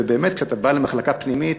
ובאמת, כשאתה בא למחלקה פנימית